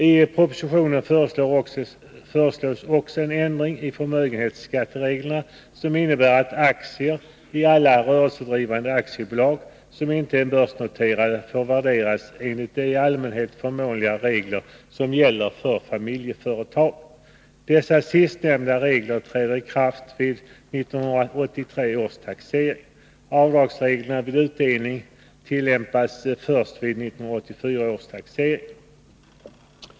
I propositionen föreslås också en ändring i förmögenhetsskattereglerna, som innebär att aktier i alla rörelsedrivande aktiebolag som inte är börsnoterade får värderas enligt de i allmänhet förmånliga regler som gäller för familjeföretag. Dessa sistnämnda regler träder i kraft vid 1983 års taxering. Avdragsreglerna vid utdelning tillämpas först vid 1984 års taxering.